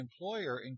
employer